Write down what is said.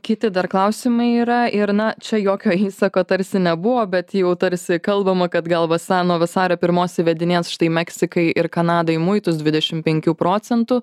kiti dar klausimai yra ir na čia jokio įsako tarsi nebuvo bet jau tarsi kalbama kad gal vasa nuo vasario pirmos įvedinėt štai meksikai ir kanadai muitus dvidešim penkių procentų